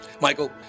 Michael